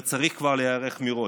וצריך כבר להיערך מראש,